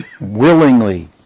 willingly